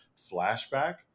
Flashback